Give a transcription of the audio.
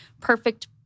perfect